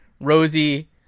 Rosie